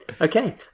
okay